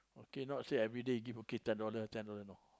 okay not say everyday give okay ten dollar ten dollar no